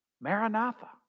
Maranatha